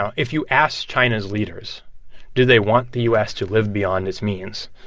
um if you ask china's leaders do they want the u s. to live beyond its means?